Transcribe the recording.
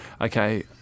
Okay